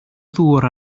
ddŵr